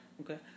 Okay